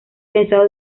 pensado